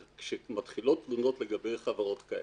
כשמתחילות תלונות לגבי חברות כאלה,